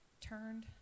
turned